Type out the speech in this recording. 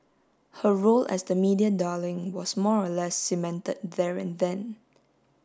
her role as the media darling was more or less cemented there and then